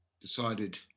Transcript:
Decided